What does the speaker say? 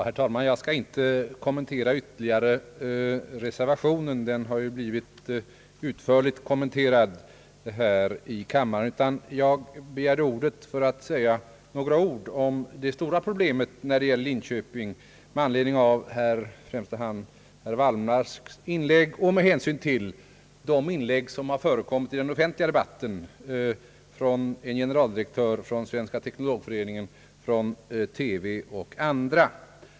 Herr talman! Jag skall inte ytterligare kommentera reservationen — den har ju blivit utförligt kommenterad här i kammaren. Jag begärde ordet för att säga något om det stora problemet när det gäller Linköping i första hand med anledning av herr Wallmarks inlägg och med hänsyn till de inlägg som i den offentliga debatten har förekommit av en generaldirektör, Svenska Teknologföreningen, i TV och andra.